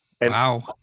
Wow